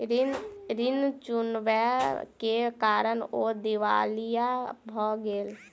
ऋण चुकबै के कारण ओ दिवालिया भ गेला